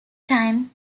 time